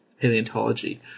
paleontology